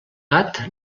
gat